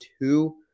two